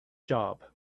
job